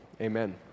amen